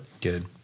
Good